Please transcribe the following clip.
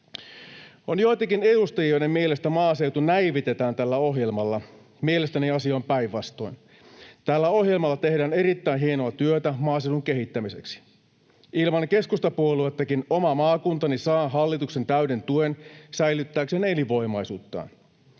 On joitakin edustajia, joiden mielestä maaseutu näivetetään tällä ohjelmalla. Mielestäni asia on päinvastoin. Tällä ohjelmalla tehdään erittäin hienoa työtä maaseudun kehittämiseksi. Ilman keskustapuoluettakin oma maakuntani saa hallituksen täyden tuen säilyttääkseen elinvoimaisuuttaan.